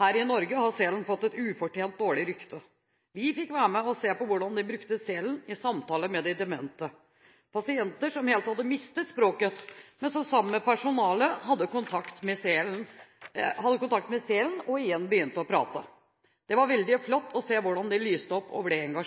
Her i Norge har selen fått et ufortjent dårlig rykte. Vi fikk være med og se hvordan de brukte selen i samtaler med de demente – pasienter som helt hadde mistet språket, men som når de sammen med personalet hadde kontakt med selen, igjen begynte å prate. Det var veldig flott å se hvordan